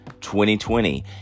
2020